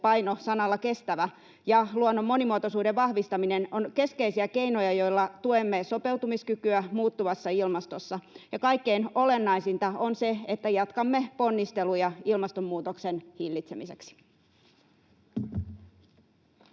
paino sanalla kestävä — ja luonnon monimuotoisuuden vahvistaminen ovat keskeisiä keinoja, joilla tuemme sopeutumiskykyä muuttuvassa ilmastossa, ja kaikkein olennaisinta on se, että jatkamme ponnisteluja ilmastonmuutoksen hillitsemiseksi.